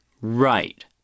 Right